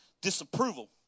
disapproval